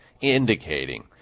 indicating